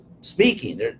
speaking